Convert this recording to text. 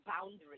boundaries